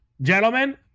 gentlemen